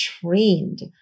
trained